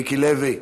מיקי לוי,